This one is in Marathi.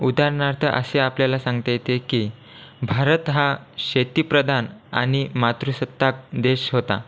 उदाहरणार्थ असे आपल्याला सांगता येते की भारत हा शेतीप्रधान आणि मातृसत्ताक देश होता